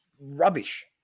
rubbish